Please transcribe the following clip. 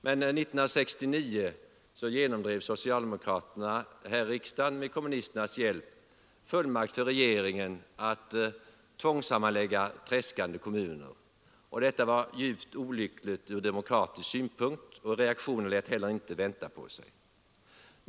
Men år 1969 genomdrev socialdemokraterna här i riksdagen med kommunisternas hjälp fullmakt för regeringen att tvångssammanlägga tredskande kommuner. Detta var djupt olyckligt från demokratisk synpunkt, och reaktionen lät heller inte vänta på sig.